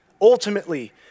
ultimately